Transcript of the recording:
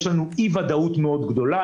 יש לנו אי-ודאות גדולה מאוד.